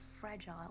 fragile